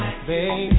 Baby